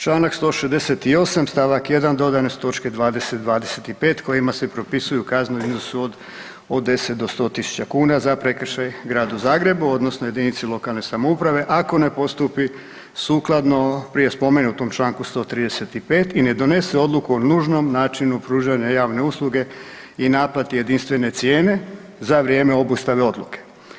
Čl. 168. st. 1. dodane su točke 20., 25 kojima se propisuju kazne u iznosu od 10 do 100.000 kuna za prekršaj Gradu Zagrebu odnosno jedinici lokalne samouprave ako ne postupi sukladno prije spomenutom čl. 135. i ne donese odluku o nužnom načinu pružanja javne usluge i naplati jedinstvene cijene za vrijeme obustave odluke.